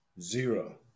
Zero